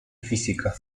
física